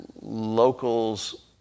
locals